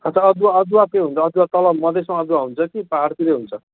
अच्छा अदुवा अदुवा के हुन्छ अदुवा तल मधेसमा अदुवा हुन्छ कि पाहाडतिरै हुन्छ